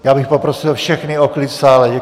Já bych poprosil všechny o klid v sále.